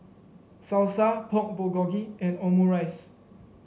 Salsa Pork Bulgogi and Omurice